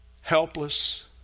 Helpless